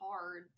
hard